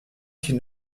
qu’il